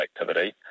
activity